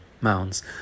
Mounds